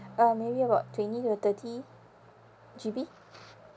uh maybe about twenty to thirty G_B